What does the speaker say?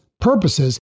purposes